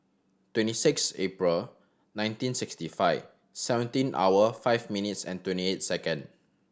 twenty six April nineteen sixty five seventeen hour five minutes and twenty eight second